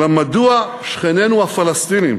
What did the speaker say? אלא מדוע שכנינו הפלסטינים